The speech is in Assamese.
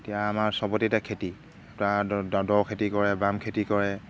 এতিয়া আমাৰ চবতে এতিয়া খেতি তাৰ দ দ খেতি কৰে বাম খেতি কৰে